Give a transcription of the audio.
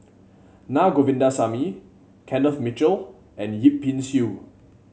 Na Govindasamy Kenneth Mitchell and Yip Pin Xiu